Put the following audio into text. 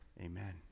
amen